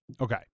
Okay